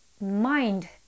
mind